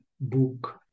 book